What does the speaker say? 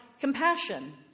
compassion